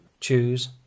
choose